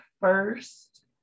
first